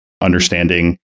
understanding